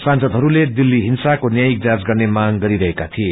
सांसदहरूले दिल्ली हिंसाको न्यायिक जाँच गर्ने मांग गरिरहेका थिए